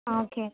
okay